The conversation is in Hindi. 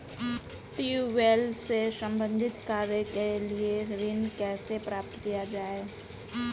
ट्यूबेल से संबंधित कार्य के लिए ऋण कैसे प्राप्त किया जाए?